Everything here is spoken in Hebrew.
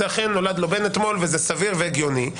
אכן נולד לו בן אתמול וזה סביר והגיוני,